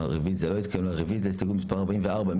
הרוויזיה על הסתייגות מספר 45?